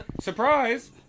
Surprise